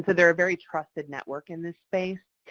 so, they are a very trusted network in this space.